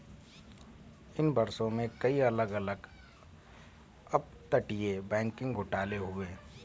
इन वर्षों में, कई अलग अलग अपतटीय बैंकिंग घोटाले हुए हैं